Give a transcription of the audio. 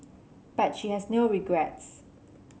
but she has no regrets